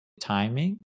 timing